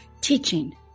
teaching